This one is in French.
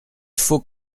faut